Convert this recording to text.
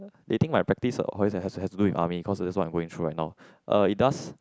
they think my practice always has to has to do with army cause that's what I'm going through right now uh it does